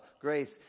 grace